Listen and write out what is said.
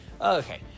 Okay